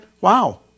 wow